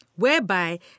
whereby